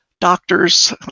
doctors